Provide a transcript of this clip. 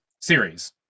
Series